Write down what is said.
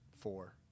Four